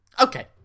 okay